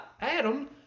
Adam